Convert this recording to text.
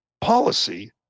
policy